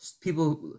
people